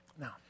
Now